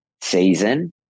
season